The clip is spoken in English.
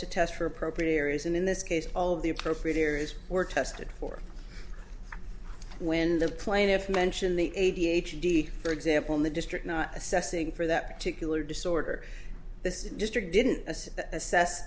to test for appropriate areas and in this case all of the appropriate areas were tested for when the plaintiff mentioned the a d h d for example in the district not assessing for that particular disorder this district didn't assess